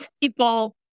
people